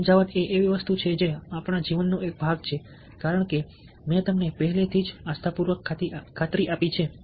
સમજાવટ એ એવી વસ્તુ છે જે આપણા જીવનનો એક ભાગ છે કારણ કે મેં તમને પહેલેથી જ આસ્થાપૂર્વક ખાતરી આપી છે